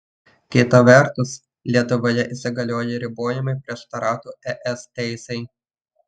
kita vertus lietuvoje įsigalioję ribojimai prieštarautų es teisei